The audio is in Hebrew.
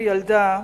כילדה,